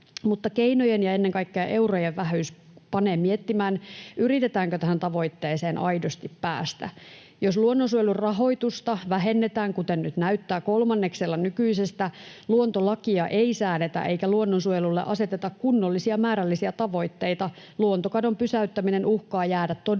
keinojen ja ennen kaikkea eurojen vähyys panee miettimään, yritetäänkö tähän tavoitteeseen aidosti päästä. Jos luonnonsuojelun rahoitusta vähennetään — kuten nyt näyttää — kolmanneksella nykyisestä, luontolakia ei säädetä eikä luonnonsuojelulle aseteta kunnollisia määrällisiä tavoitteita, luontokadon pysäyttäminen uhkaa jäädä todelliseksi